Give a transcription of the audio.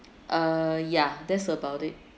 uh yeah that's about it